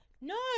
No